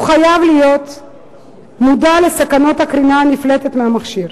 הוא חייב להיות מודע לסכנות הקרינה הנפלטת מהמכשיר.